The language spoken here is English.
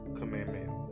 commandment